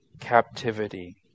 captivity